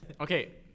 Okay